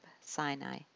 Sinai